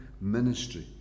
ministry